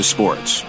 Sports